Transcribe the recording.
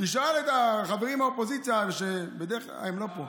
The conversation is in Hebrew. תשאל את החברים מהאופוזיציה, הם לא פה.